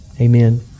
amen